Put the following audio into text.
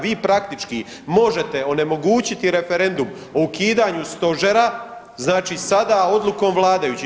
Vi praktički možete onemogućiti referendum o ukidanju stožera znači sada odlukom vladajućih.